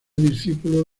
discípulo